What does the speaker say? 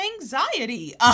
anxiety